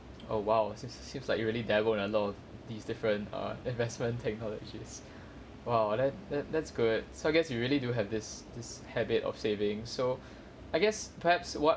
oh !wow! seems seems like you really dabble in a lot of these different err investment technologies !wow! that that that's good so I guess you really do have this this habit of saving so I guess perhaps what